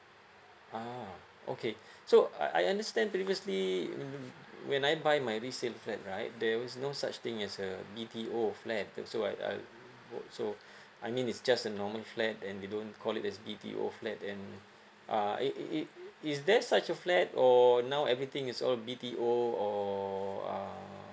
ah okay so I I understand previously when I buy my resale flat right there was no such thing as uh B_T_O flat so I I so I mean it's just a normal flat and they don't call it as B_T_O flat and uh it it is there such a flat or now everything is all B_T_O or uh